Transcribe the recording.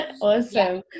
awesome